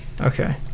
Okay